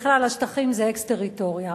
בכלל השטחים זה אקסטריטוריה.